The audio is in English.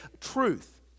truth